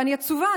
ואני עצובה,